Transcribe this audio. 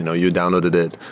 you know you downloaded it.